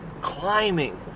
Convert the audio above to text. climbing